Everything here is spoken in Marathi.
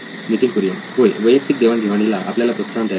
नितीन कुरियन होय वैयक्तिक देवाण घेवाणीला आपल्याला प्रोत्साहन द्यायचे नाही